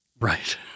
Right